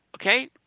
okay